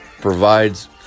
provides